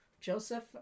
Joseph